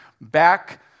back